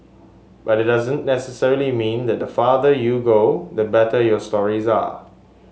but it doesn't necessarily mean that the farther you go the better your stories are